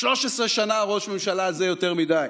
13 שנה ראש הממשלה הזה יותר מדי.